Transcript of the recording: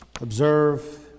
observe